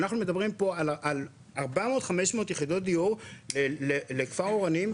אנחנו מדברים פה על ארבע מאות או חמש מאות יחידות דיור לכפר אורנים.